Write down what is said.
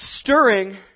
stirring